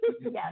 Yes